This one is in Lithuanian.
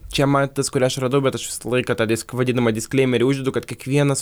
čia man tas kurį aš radau bet aš visą laiką tą disk vadinamą diskleimerį uždedu kad kiekvienas